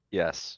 yes